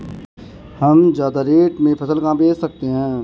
हम ज्यादा रेट में फसल कहाँ बेच सकते हैं?